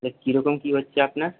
কীরকম কী হচ্ছে আপনার